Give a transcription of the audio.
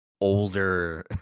older